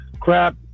Crap